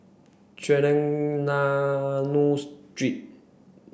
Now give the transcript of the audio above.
Trengganu Street